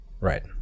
Right